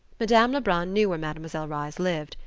madame lebrun knew where mademoiselle reisz lived.